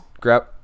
grab